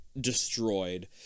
destroyed